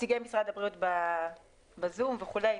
נציגי משרד הבריאות נמצאים בזום אם